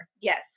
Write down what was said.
Yes